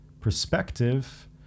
perspective